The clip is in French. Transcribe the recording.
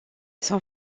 son